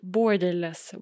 Borderless